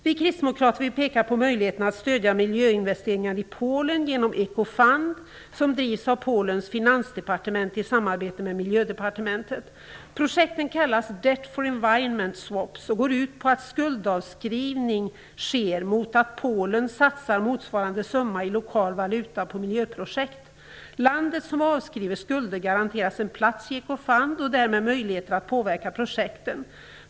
Vi kristdemokrater vill peka på möjligheten att stödja miljöinvesteringar i Polen genom Ecofund, som drivs av Polens finansdepartement i samarbete med Miljödepartementet. Projekten kallas "debt for environment swaps" och går ut på att skuldavskrivning sker mot att Polen satsar motsvarande summa i lokal valuta på miljöprojekt. Landet som avskriver skulder garanteras en plats i Ecofund och därmed möjligheter att påverka projekten.